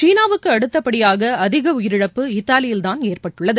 சீனாவுக்குஅடுத்தபடியாகஅதிகஉயிரிழப்பு இத்தாலியில்தான் எற்பட்டுள்ளது